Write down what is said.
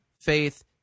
faith